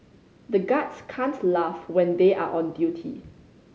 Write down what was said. the guards can't laugh when they are on duty